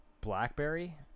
Blackberry